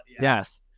Yes